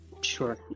Sure